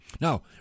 Now